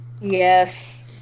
Yes